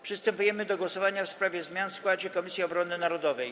Przystępujemy do głosowania w sprawie zmian w składzie Komisji Obrony Narodowej.